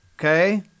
okay